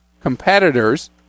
competitors